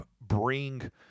bring –